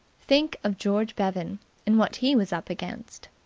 think of george bevan and what he was up against.